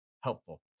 helpful